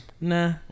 nah